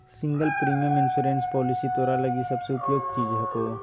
single premium insurance policy तोरा लगी सबसे उपयुक्त चीज हको